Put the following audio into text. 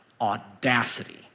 audacity